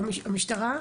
במשטרה?